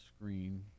screen